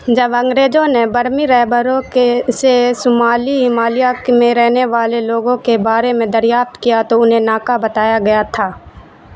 جب انگریزوں نے برمی رہبروں کے سے سومالی مالیاک میں رہنے والے لوگوں کے بارے میں دریافت کیا تو انہیں ناکا بتایا گیا تھا